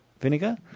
vinegar